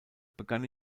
begann